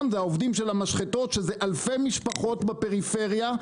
אלו העובדים של המשחטות שזה אלפי משפחות בפריפריה,